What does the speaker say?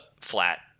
flat